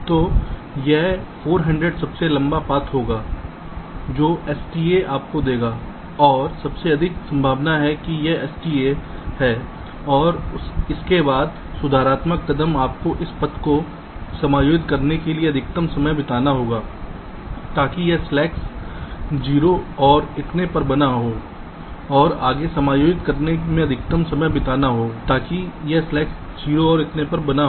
तो यह 400 सबसे लंबा पाथ होगा जो STA आपको देगा और सबसे अधिक संभावना है कि यह STA है और इसके बाद सुधारात्मक कदम आपको इस पथ को समायोजित करने में अधिकतम समय बिताना होगा ताकि यह स्लैक्स 0 और इतने पर बना हो